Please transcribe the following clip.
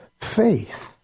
faith